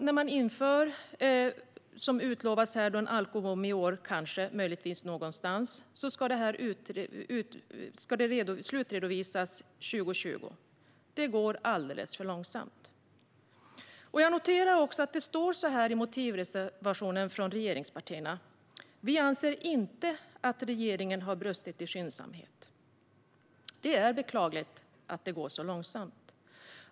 När man, som har utlovats här, inför en alkobom i år - möjligtvis och någonstans - ska det dessutom slutredovisas 2020. Det går alldeles för långsamt. Jag noterar att det står så här i motivreservationen från regeringspartierna: Vi anser inte att regeringen har brustit i skyndsamhet. Det är beklagligt att det går så långsamt.